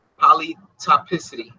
Polytopicity